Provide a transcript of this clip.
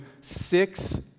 six